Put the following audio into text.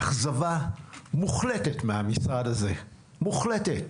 אכזבה מוחלטת מהמשרד הזה, מוחלטת.